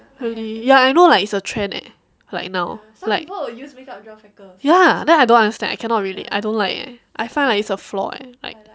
really ya I know like is a trend leh like now like ya then I don't understand I cannot really I don't like I find like it's a flaw eh like